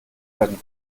werden